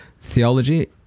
theology